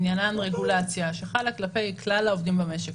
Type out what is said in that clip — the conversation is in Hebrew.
עניינן רגולציה שחלה כלפי כלל העובדים במשק,